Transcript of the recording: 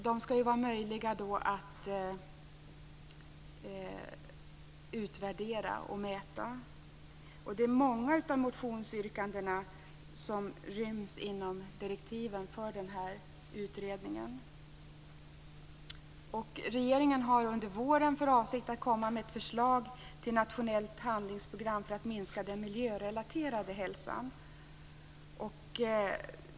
De skall vara möjliga att utvärdera och mäta. Många av motionsyrkandena ryms inom direktiven för denna utredning. Regeringen har under våren för avsikt att komma med ett förslag till nationellt handlingsprogram för att minska den miljörelaterade ohälsan.